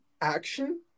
action